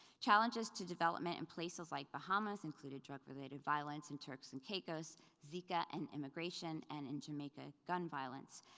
challenges to development in places like bahamas, including drug-related violence in turks and caicos, zika, and immigration and in jamaica, gun violence.